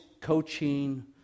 coaching